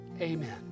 Amen